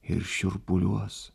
ir šiurpuliuos